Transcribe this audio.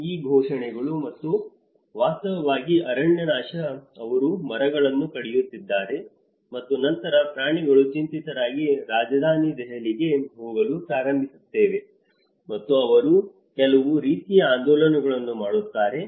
ಈ ಘೋಷಣೆಗಳು ಮತ್ತು ವಾಸ್ತವವಾಗಿ ಅರಣ್ಯನಾಶ ಅವರು ಮರಗಳನ್ನು ಕಡಿಯುತ್ತಿದ್ದಾರೆ ಮತ್ತು ನಂತರ ಪ್ರಾಣಿಗಳು ಚಿಂತಿತರಾಗಿ ರಾಜಧಾನಿ ದೆಹಲಿಗೆ ಹೋಗಲು ಪ್ರಾರಂಭಿಸುತ್ತವೆ ಮತ್ತು ಅವರು ಕೆಲವು ರೀತಿಯ ಆಂದೋಲನವನ್ನು ಮಾಡುತ್ತಾರೆ